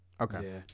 okay